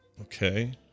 Okay